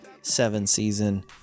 seven-season